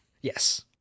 Yes